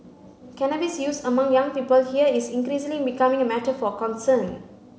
cannabis use among young people here is increasingly becoming a matter for concern